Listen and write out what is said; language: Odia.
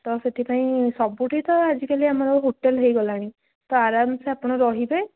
ତ ସେଥିପାଇଁ ସବୁଠି ତ ଆଜିକାଲି ଆମର ହୋଟେଲ ହେଇଗଲାଣି ତ ଆରାମ ସେ ଆପଣ ରହିବେ